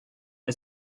est